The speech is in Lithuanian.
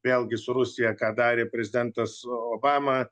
vėlgi su rusija ką darė prezidentas obama